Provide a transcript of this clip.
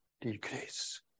decrease